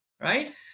right